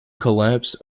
collapse